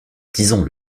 disons